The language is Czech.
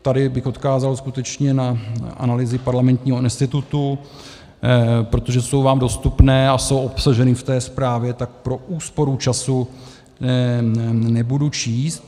Tady bych odkázal skutečně na analýzy Parlamentního institutu, protože jsou vám dostupné a jsou obsaženy v té zprávě, tak pro úsporu času nebudu číst.